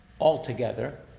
altogether